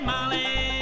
Molly